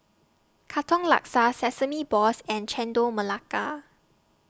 Katong Laksa Sesame Balls and Chendol Melaka